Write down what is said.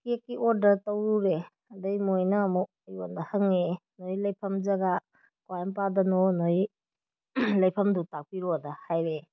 ꯀꯦꯛꯀꯤ ꯑꯣꯔꯗꯔ ꯇꯧꯔꯨꯔꯦ ꯑꯗꯩ ꯃꯣꯏꯅ ꯑꯃꯨꯛ ꯑꯩꯉꯣꯟꯗ ꯍꯪꯉꯛꯑꯦ ꯅꯣꯏꯒꯤ ꯂꯩꯐꯝ ꯖꯒꯥ ꯀꯥꯏ ꯃꯄꯥꯗꯅꯣ ꯅꯣꯏꯒꯤ ꯂꯩꯐꯝꯗꯨ ꯇꯥꯛꯄꯤꯔꯣꯗꯅ ꯍꯥꯏꯔꯛꯑꯦ